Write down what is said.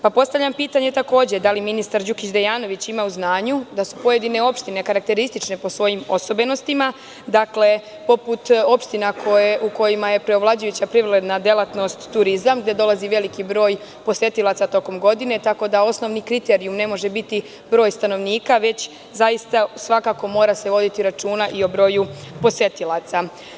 Postavljam pitanje, takođe, da li ministar Đukić Dejanović ima u znanju da su pojedine opštine karakteristične po svojim osobenostima, dakle, poput opština u kojima je preovlađujuća privredna delatnost turizam, gde dolazi veliki broj posetilaca tokom godine, tako da osnovni kriterijum ne može biti broj stanovnika, već zaista svakako mora se voditi računa i o broju posetilaca?